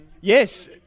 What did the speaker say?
Yes